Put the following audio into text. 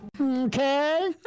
Okay